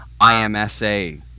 IMSA